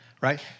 right